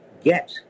get